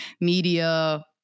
media